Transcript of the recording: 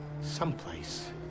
someplace